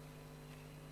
חוק ומשפט,